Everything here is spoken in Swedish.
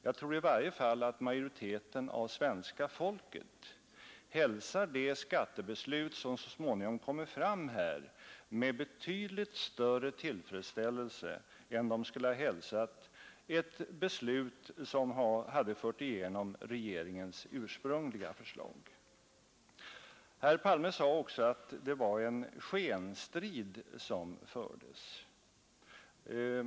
Jag tror i varje fall att majoriteten av svenska folket hälsar det skattebeslut, som så småningom kommer fram här, med betydligt större tillfredsställelse än man skulle hälsat ett beslut som hade fört igenom regeringens ursprungliga förslag. Herr Palme sade också att det var en skenstrid som fördes.